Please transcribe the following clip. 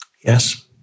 Yes